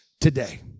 today